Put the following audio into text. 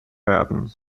werden